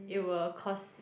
it will cost